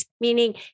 meaning